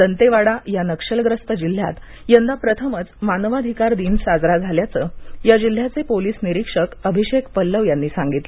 दंतेवाडा या नक्षलग्रस्त जिल्हयात यंदा प्रथमच मानवाधिकार दिन साजरा झाल्याचं या जिल्ह्याचे पोलीस निरीक्षक अभिषेक पल्लव यांनी सांगितलं